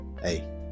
hey